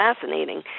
Fascinating